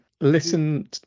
listen